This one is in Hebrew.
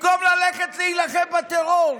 במקום ללכת להילחם בטרור,